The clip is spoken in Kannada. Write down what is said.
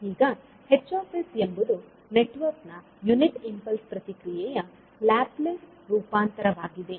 ಈಗ H ಎಂಬುದು ನೆಟ್ವರ್ಕ್ ನ ಯುನಿಟ್ ಇಂಪಲ್ಸ್ ಪ್ರತಿಕ್ರಿಯೆಯ ಲ್ಯಾಪ್ಲೇಸ್ ರೂಪಾಂತರವಾಗಿದೆ